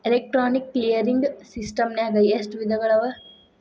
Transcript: Electronic clearing ಸಿಸ್ಟಮ್ನಾಗ ಎಷ್ಟ ವಿಧಗಳವ?